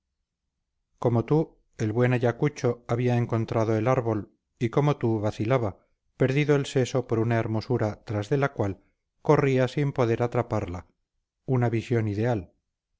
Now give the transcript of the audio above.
como tú el buen ayacucho había encontrado el árbol y como tú vacilaba perdido el seso por una hermosura tras de la cual corría sin poder atraparla una visión ideal